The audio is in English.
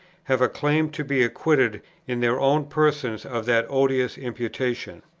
have a claim to be acquitted in their own persons of that odious imputation.